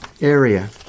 area